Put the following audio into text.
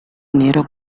nero